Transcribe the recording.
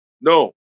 No